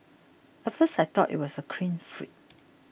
at first I thought he was a clean freak